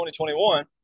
2021